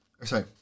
Sorry